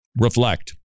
Reflect